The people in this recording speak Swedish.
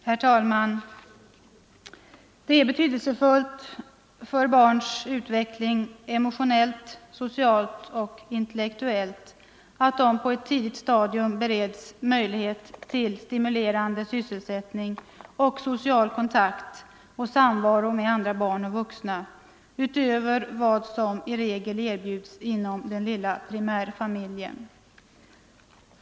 Herr talman! Det är betydelsefullt för barns utveckling emotionellt, socialt och intellektuellt att de på ett tidigt stadium bereds möjlighet till stimulerande sysselsättning och social kontakt och samvaro med andra barn och vuxna utöver vad som i regel erbjuds inom den lilla primärfamiljen.